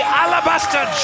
alabaster